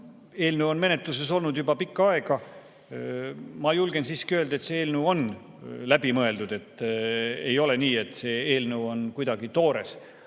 eelnõu on menetluses olnud juba pikka aega. Ma julgen siiski öelda, et see eelnõu on läbi mõeldud, ei ole nii, et see eelnõu on kuidagi toores.